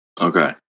Okay